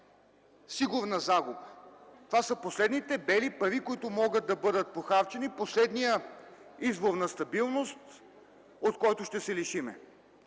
сигурна загуба. Това са последните бели пари, които могат да бъдат похарчени, последният извор на стабилност, от който ще се лишим.